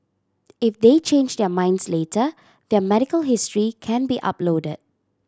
if they change their minds later their medical history can be uploaded